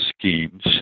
schemes